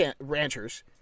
ranchers